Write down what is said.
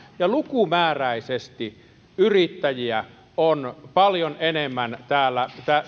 ja lukumääräisesti yrittäjiä on paljon enemmän täällä